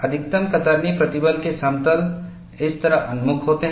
अधिकतम कतरनी प्रतिबल के समतल इस तरह उन्मुख होते हैं